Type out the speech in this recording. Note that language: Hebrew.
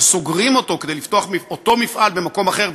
שסוגרים אותו כדי לפתוח אותו מפעל במקום אחר,